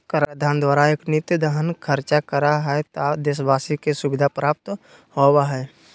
कराधान द्वारा एकत्रित धन खर्च करा हइ त देशवाशी के सुविधा प्राप्त होबा हइ